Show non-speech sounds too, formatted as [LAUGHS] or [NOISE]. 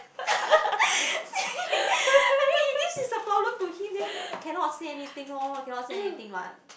[LAUGHS] I mean if this is a problem to him then cannot say anything loh cannot say anything what